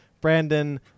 Brandon